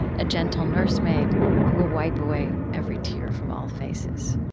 a gentle nursemaid who will wipe away every tear from all faces.